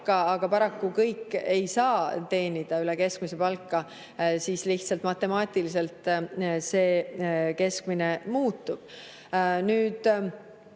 aga paraku kõik ei saa teenida üle keskmise palka, sest siis lihtsalt matemaatiliselt see keskmine muutub.